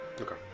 Okay